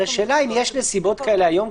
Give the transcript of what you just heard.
השאלה אם יש נסיבות כאלה היום,